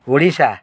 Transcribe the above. Odisha